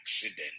accident